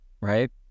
right